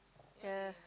yeah